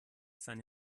seine